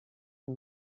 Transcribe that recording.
and